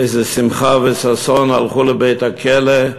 באיזה שמחה וששון הלכו לבית-הכלא,